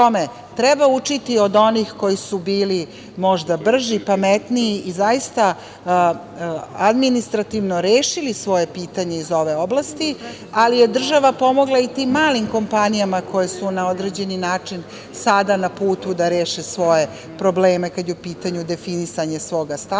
treba učiti od onih koji su bili možda brži, pametniji i zaista administrativno rešili svoje pitanje iz ove oblasti, ali je država pomogla i tim malim kompanijama koje su na određeni način sada na putu da reše svoje probleme kada je u pitanju definisanje svog